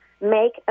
make